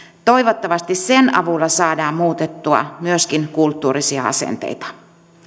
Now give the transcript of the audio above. toivottavasti sen avulla saadaan muutettua myöskin kulttuurisia asenteita